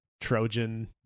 trojan